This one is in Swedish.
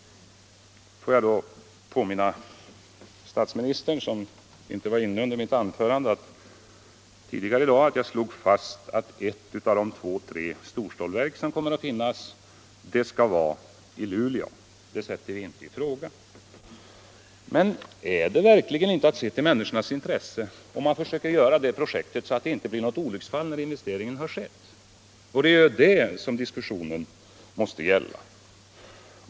Låt mig då påminna statsministern, som inte var inne under mitt anförande tidigare i dag, att jag slog fast att ett av de två å tre storstålverk som kommer att finnas skall vara beläget i Luleå — det sätter vi inte i fråga. Men det är verkligen att se till människornas intresse, om man försöker utforma det projektet så att det inte blir något olycksfall när investeringen har skett. Det är ju detta diskussionen måste gälla.